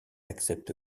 accepte